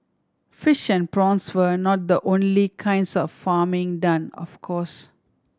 fish and prawns were not the only kinds of farming done of course